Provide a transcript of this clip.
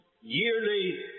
yearly